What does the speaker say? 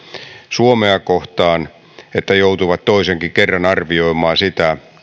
suomea kohtaan että joutuvat toisenkin kerran arvioimaan sitä